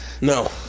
no